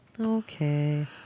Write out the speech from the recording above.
Okay